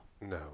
No